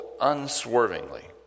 unswervingly